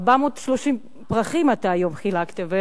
430 פרחים אתה חילקת היום,